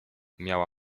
miała